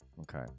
Okay